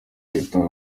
ahita